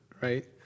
right